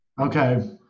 Okay